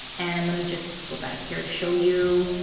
and let me just go back here to show you.